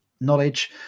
knowledge